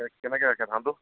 কেনেকে ৰাখে ধানটো